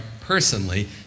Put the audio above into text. personally